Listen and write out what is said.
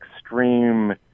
extreme